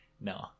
No